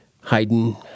Haydn